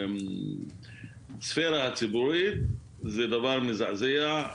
בספרה הציבורית זה דבר מזעזע.